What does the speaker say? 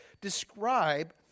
describe